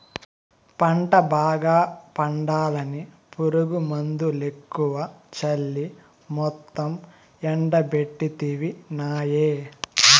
పంట బాగా పండాలని పురుగుమందులెక్కువ చల్లి మొత్తం ఎండబెట్టితినాయే